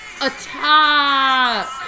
Attack